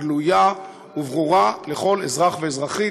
גלויה וברורה לכל אזרח ואזרחית,